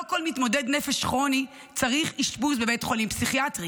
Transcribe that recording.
לא כל מתמודד נפש כרוני צריך אשפוז בבית חולים פסיכיאטרי.